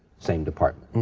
same department. and